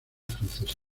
francesa